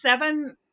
seven